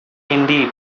indeed